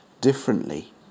differently